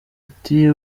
ati